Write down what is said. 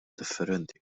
differenti